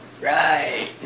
right